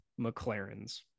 McLarens